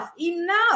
enough